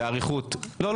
ובאריכות.